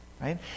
right